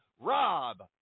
Rob